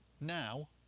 now